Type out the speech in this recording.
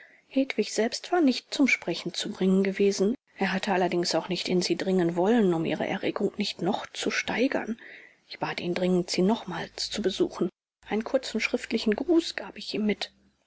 hedwig selbst war nicht zum sprechen zu bringen gewesen er hatte allerdings auch nicht in sie dringen wollen um ihre erregung nicht noch zu steigern ich bat ihn dringend sie nochmals zu besuchen einen kurzen schriftlichen gruß gab ich ihm mit